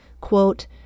quote